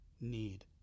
need